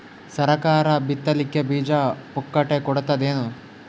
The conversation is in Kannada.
ಸರಕಾರ ಬಿತ್ ಲಿಕ್ಕೆ ಬೀಜ ಪುಕ್ಕಟೆ ಕೊಡತದೇನು?